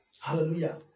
Hallelujah